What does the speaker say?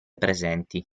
presenti